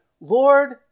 Lord